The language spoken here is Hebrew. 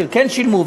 שכן שילמו,